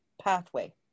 pathway